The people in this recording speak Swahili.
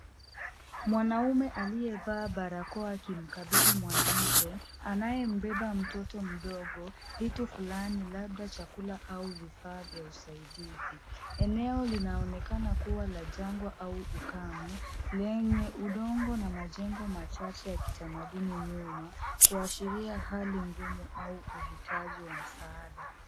Mwanaume aliyevaa barakoa akimkabidhi mwanamke anayembeba mtoto mdogo vitu flani labda chakula au vifaa vya usaidizi. Eneo linaonekana kuwa la jangwa au ukame lenye udongo na majengo machache ya kitamaduni nyuma kuashiria hali ngumu au kuhitaji wa msaada.